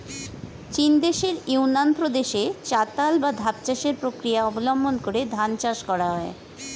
চীনদেশের ইউনান প্রদেশে চাতাল বা ধাপ চাষের প্রক্রিয়া অবলম্বন করে ধান চাষ করা হয়